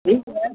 ठीक है